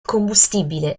combustibile